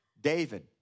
David